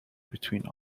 between